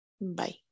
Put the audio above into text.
Bye